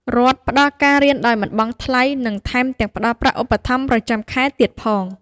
រដ្ឋផ្ដល់ការរៀនដោយមិនបង់ថ្លៃ និងថែមទាំងផ្ដល់ប្រាក់ឧបត្ថម្ភប្រចាំខែទៀតផង។